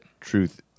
truth